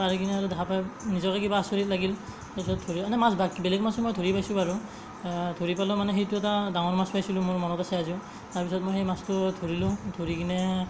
পাই কেনে আৰু দেখা পাই নিজকে কিবা আচৰিত লাগিল তাৰপাছত ধৰিলোঁ মানে মাছ বেলেগ মাছো মই ধৰি পাইছোঁ বাৰু ধৰি পালেও মানে সেইটো এটা ডাঙৰ মাছ পাইছিলোঁ মোৰ মনত আছে আজিও তাৰপিছত মই সেই মাছটো ধৰিলোঁ ধৰি কিনে